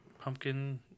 pumpkin